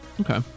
Okay